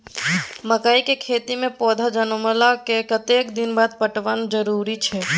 मकई के खेती मे पौधा जनमला के कतेक दिन बाद पटवन जरूरी अछि?